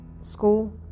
school